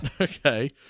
Okay